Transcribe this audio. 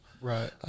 Right